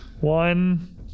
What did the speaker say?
One